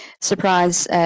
surprise